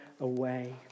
away